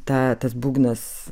ta tas būgnas